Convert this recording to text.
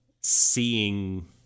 seeing